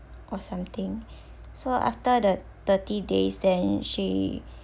or something so after the thirty days then she